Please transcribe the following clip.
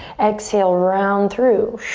exhale, round through,